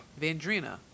Vandrina